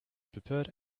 prepared